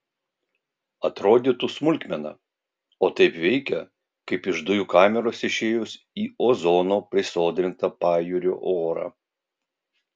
atrodytų smulkmena o taip veikia kaip iš dujų kameros išėjus į ozono prisodrintą pajūrio orą